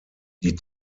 die